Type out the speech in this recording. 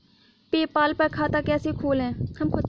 PayPal पर खाता कैसे खोलें?